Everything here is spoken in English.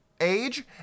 age